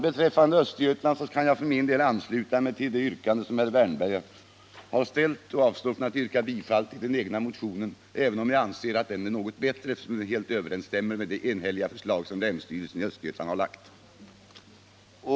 Beträffande Östergötland kan jag för min del ansluta mig till det yrkande som herr Wärnberg har ställt och avstå från att yrka bifall till den egna motionen, även om jag anser att den är något bättre, eftersom den överensstämmer med det enhälliga förslag som länsstyrelsen i Östergötland har framfört.